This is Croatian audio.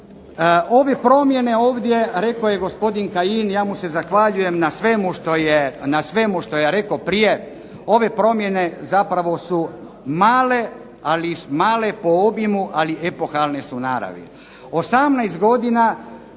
Ove promjene ovdje, rekao je gospodin Kajin, ja mu se zahvaljujem na svemu što je rekao prije, ove promjene zapravo su male, ali male po obimu ali epohalne su naravi.